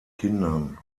kindern